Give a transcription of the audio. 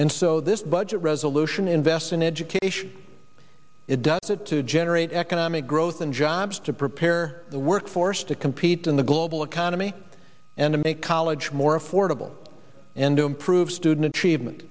and so this budget resolution invest in education it does it to generate economic growth and jobs to prepare the workforce to compete in the global economy and to make college more affordable and to improve student achievement